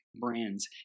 brands